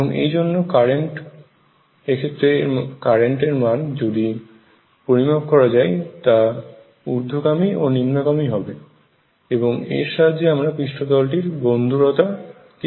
এবং এই জন্য এক্ষেত্রে কারেন্ট এর মান যদি সেটি পরিমাপ করা যায় তবে তা ঊর্ধ্বগামী ও নিম্নগামী হবে এবং এর সাহায্যে আমরা পৃষ্ঠতল টির বন্ধুরতা কে ম্যাপ করতে পারব